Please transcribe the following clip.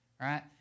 Right